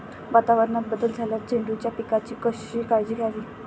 वातावरणात बदल झाल्यास झेंडूच्या पिकाची कशी काळजी घ्यावी?